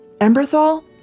Emberthal